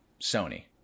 Sony